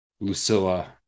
Lucilla